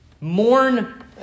mourn